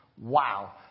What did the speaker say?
Wow